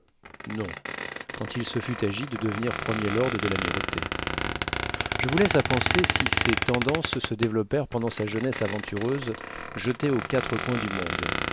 non quand il se fût agi de devenir premier lord de l'amirauté je vous laisse à penser si ces tendances se développèrent pendant sa jeunesse aventureuse jetée aux quatre coins du monde